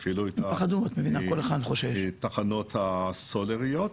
קודם כל הפעילו את התחנות הסולריות,